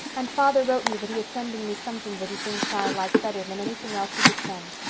and father wrote me that he is sending me something that he thinks i'll like better than anything else he could send.